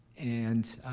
and